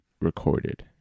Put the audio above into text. recorded